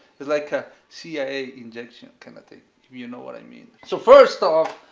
it's like a cia injection kind of thing, if you know what i mean. so first off,